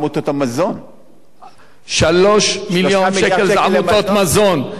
3 מיליון שקל, 3 מיליארד שקל